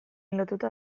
lotuta